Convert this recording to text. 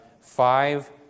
five